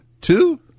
two